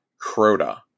crota